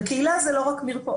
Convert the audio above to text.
הקהילה זה לא רק מרפאות,